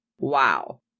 wow